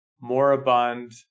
moribund